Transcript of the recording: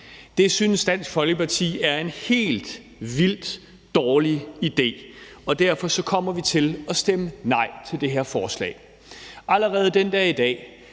Det synes Dansk Folkeparti er en helt vildt dårlig idé, og derfor kommer vi til at stemme nej til det her forslag. Allerede den dag i dag